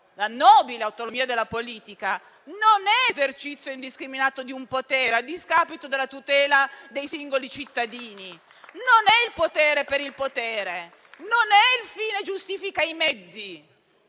la nobile autonomia della politica, non è esercizio indiscriminato di un potere a discapito della tutela dei singoli cittadini, non è il potere per il potere, non è il fine che giustifica i mezzi.